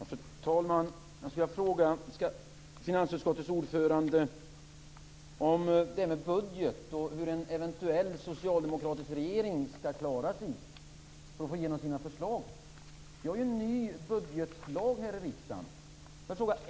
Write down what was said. Fru talman! Jag skulle vilja fråga finansutskottets ordförande om det här med budget och hur en eventuell socialdemokratisk regering skall klara att få igenom sina förslag. Vi har ju nu en ny budgetlag här i riksdagen.